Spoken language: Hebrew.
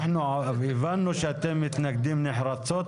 אנחנו הבנו שאתם מתנגדים נחרצות,